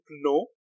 no